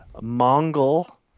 mongol